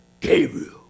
Gabriel